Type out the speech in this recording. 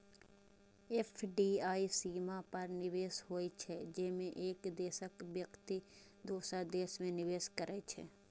FDI सीमा पार निवेश होइ छै, जेमे एक देशक व्यक्ति दोसर देश मे निवेश करै छै